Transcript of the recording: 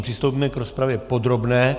Přistoupíme k rozpravě podrobné.